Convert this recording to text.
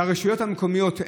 הרשויות המקומיות,